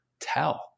tell